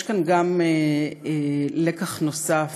יש כאן גם לקח נוסף,